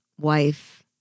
wife